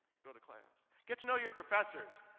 go to class. get to know your professors.